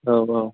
औ औ